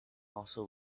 also